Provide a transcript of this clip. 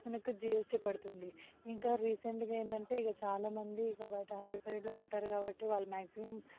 మనకి జీఎస్టీ పడుతుంది ఇంకా రీసెంట్గా ఏంటంటే ఇక చాలా మంది ఇక బయట హరీ బరిలో ఉంటారు కాబట్టి వాళ్ళు మ్యాగ్జిమం